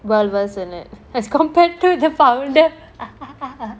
well versed in it as compared to the founder